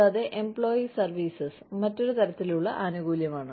കൂടാതെ employee services മറ്റൊരു തരത്തിലുള്ള ആനുകൂല്യമാണ്